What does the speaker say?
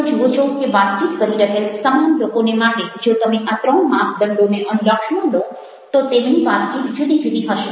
તમે જુઓ છો કે વાતચીત કરી રહેલ સમાન લોકોને માટે જો તમે આ ત્રણ માપદંડોને અનુલક્ષમાં લો તો તેમની વાતચીત જુદી જુદી હશે